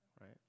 right